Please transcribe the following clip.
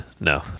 No